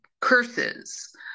curses